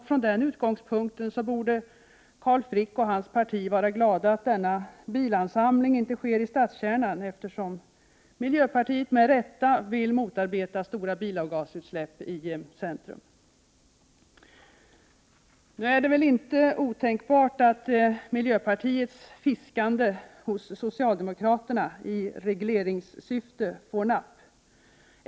Från den utgångspunkten borde Carl Frick och hans parti vara glada att denna bilansamling inte sker i stadskärnan, eftersom miljöpartiet med rätta vill motarbeta stora bilavgasutsläpp i städernas centrum. Nu är det väl inte otänkbart att miljöpartiets fiskande hos socialdemokraterna i regleringssyfte får napp.